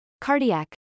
cardiac